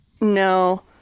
No